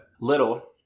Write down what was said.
Little